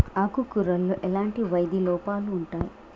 ఆకు కూరలో ఎలాంటి వ్యాధి లోపాలు ఉంటాయి?